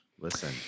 Listen